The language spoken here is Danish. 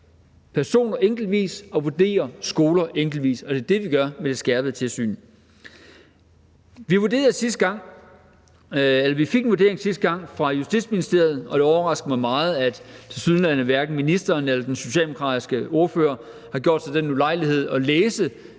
personer enkeltvis og vurdere skoler enkeltvis, det er det, vi gør med det skærpede tilsyn. Vi fik en vurdering sidste gang fra Justitsministeriet, og det overraskede mig meget, at tilsyneladende hverken ministeren eller den socialdemokratiske ordfører har gjort sig den ulejlighed at læse